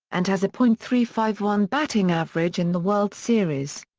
and has a point three five one batting average in the world series.